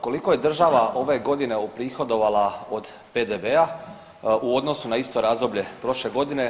Koliko je država ove godine uprihodovala od PDV u odnosu na isto razdoblje prošle godine?